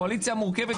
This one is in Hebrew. סופר חשוב,